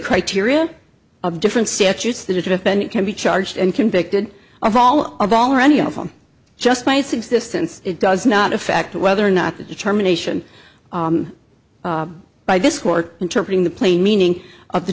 criteria of different statutes the defendant can be charged and convicted of all of all or any of them just nice existence it does not affect whether or not the determination by this court interpret in the plain meaning of the